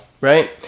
Right